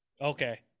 okay